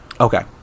Okay